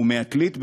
ומעתלית,